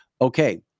Okay